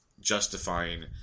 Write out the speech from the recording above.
justifying